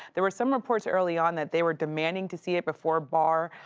there were some reports early on that there were demanding to see it before barr,